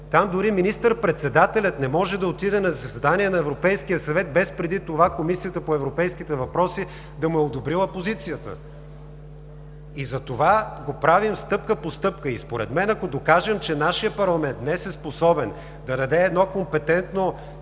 Там дори министър-председателят не може да отиде на заседание на Европейския съвет, без преди това Комисията по европейските въпроси да му е одобрила позицията. И затова го правим стъпка по стъпка и, според мен, ако докажем, че нашият парламент днес е способен да даде едно компетентно,